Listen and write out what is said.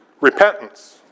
Repentance